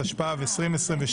התשפ"ב-2022